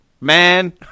man